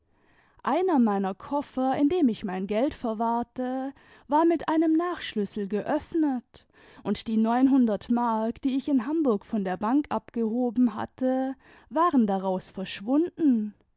einer meiner koffer in dem ich mein geld verwahrte war mit einem nachschlüssel geöffnet und die neunhundert mark die ich in hamburg von der bank abgehoben hatte waren daraus verschwunden